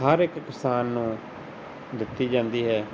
ਹਰ ਇੱਕ ਕਿਸਾਨ ਨੂੰ ਦਿੱਤੀ ਜਾਂਦੀ ਹੈ